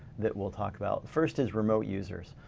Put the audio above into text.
that we'll talk about. first is remote users.